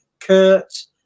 Kurt